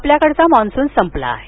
आपल्याकडचा monsoon संपला आहे